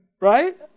Right